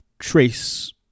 trace